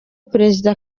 perezida